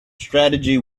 strategy